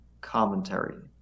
commentary